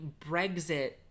Brexit